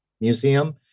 Museum